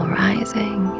rising